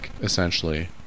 essentially